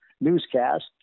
newscast